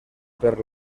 per